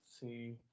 See